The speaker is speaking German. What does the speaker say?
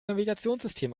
navigationssystem